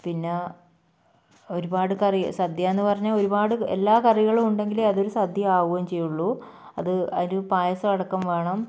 പിന്നെ ഒരുപാട് കറി സദ്യ എന്ന് പറഞ്ഞാൽ ഒരുപാട് എല്ലാ കറികളും ഉണ്ടെങ്കിലേ അതൊരു സദ്യ ആവുകയും ചെയ്യുള്ളൂ അത് അതിൽ പായസം അടക്കം വേണം